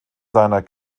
seiner